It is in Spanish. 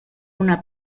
una